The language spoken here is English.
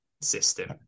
system